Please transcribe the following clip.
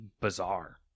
bizarre